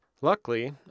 Luckily